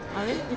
abeh